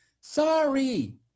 sorry